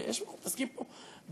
אנחנו מתעסקים פה בבני-אדם,